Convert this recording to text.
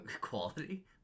quality